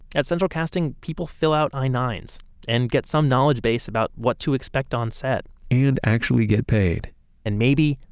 at central casting, people fill out i nine s so and get some knowledge base about what to expect on set and actually get paid and maybe,